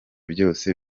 byose